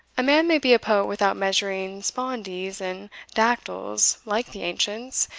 a man may be a poet without measuring spondees and dactyls like the ancients,